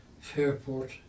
Fairport